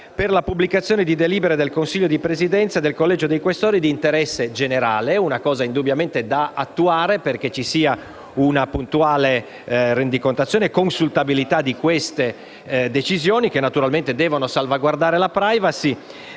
per la pubblicazione di delibere del Consiglio di Presidenza e del Collegio dei Questori di interesse generale». È una cosa da attuare perché ci sia un puntuale rendicontazione e consultabilità di queste decisioni, che naturalmente devono salvaguardare la *privacy*.